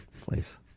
Please